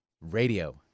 radio